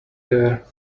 there